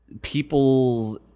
people's